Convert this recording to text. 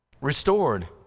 restored